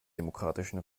demokratischen